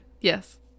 Yes